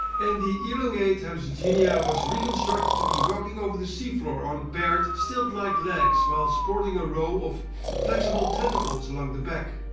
and the elongate hallucigenia was reconstructed to be walking over the sea floor on paired, stilt-like legs, while sporting a row of flexible tentacles along the back.